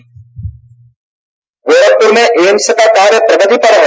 bite Gorakhpur में एम्स का कार्य प्रगति पर है